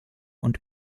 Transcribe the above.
und